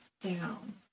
down